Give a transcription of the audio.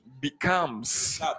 becomes